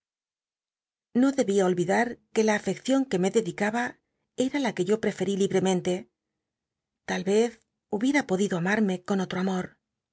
no debía olvidar que la afcccion que me dedicaba era la que yo preferí libremente tal yez hubiel'a podido amarme con otro amor